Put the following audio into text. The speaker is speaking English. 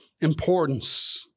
importance